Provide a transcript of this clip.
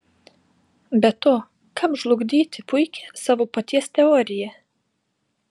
be to kam žlugdyti puikią savo paties teoriją